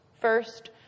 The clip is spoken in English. First